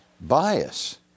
bias